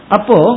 Apo